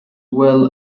well